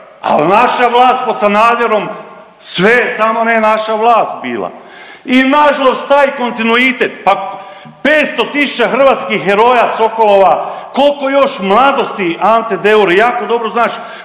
al naša vlast pod Sanaderom sve je samo ne naša vlast bila i nažalost taj kontinuitet, pa 500 tisuća hrvatskih heroja sokolova, kolko još mladosti, Ante Deur jako dobro znaš